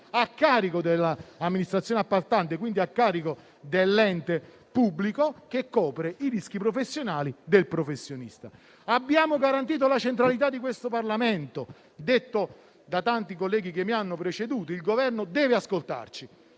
a carico dell'amministrazione appaltante, quindi a carico dell'ente pubblico, che copre i rischi professionali del professionista. Abbiamo garantito la centralità di questo Parlamento. Come è stato detto da tanti colleghi che mi hanno preceduto, il Governo deve ascoltarci.